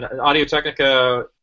Audio-Technica